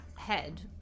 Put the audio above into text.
Head